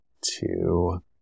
two